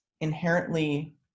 inherently